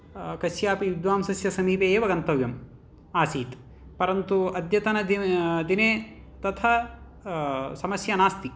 कस्यापि विद्वांसः समीपे एव गन्तव्यम् आसीत् परन्तु अद्यतन दिने तथा समस्या नास्ति